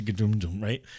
Right